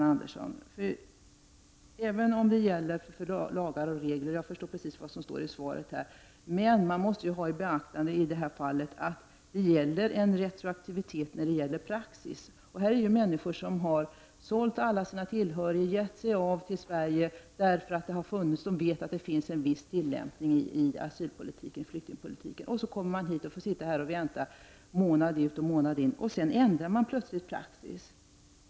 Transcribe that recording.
Jag förstår precis vad som står i svaret när det gäller lagar och regler beträffande förbud mot retroaktiv lagstiftning. Men man måste i detta fall ta i beaktande att retroaktiviteten gäller praxis. Det handlar ju om människor som har sålt alla sina tillhörigheter och gett sig av till Sverige därför att de vet att en viss tillämpning i fråga om asylpolitiken görs. Sedan kommer de till Sverige och får sitta och vänta i månader för att så upptäcka att praxis plötsligt ändras.